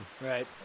Right